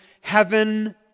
heaven